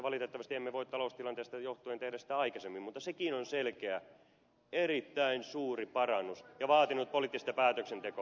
valitettavasti emme voi taloustilanteesta johtuen tehdä sitä aikaisemmin mutta sekin on selkeä erittäin suuri parannus ja vaatinut poliittista päätöksentekoa